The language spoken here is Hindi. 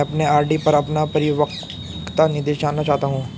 मैं अपने आर.डी पर अपना परिपक्वता निर्देश जानना चाहता हूं